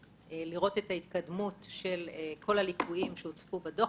על מנת לראות את ההתקדמות של כל הליקויים שהוצפו בדוח,